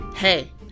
Hey